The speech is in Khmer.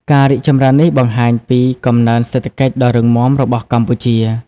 ការរីកចម្រើននេះបង្ហាញពីកំណើនសេដ្ឋកិច្ចដ៏រឹងមាំរបស់កម្ពុជា។